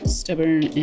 stubborn